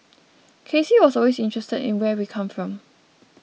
K C was always interested in where we come from